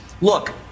look